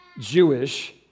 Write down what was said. Jewish